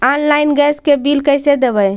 Online gas के bill कैसे देबै?